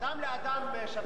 אדם לאדם, שווים.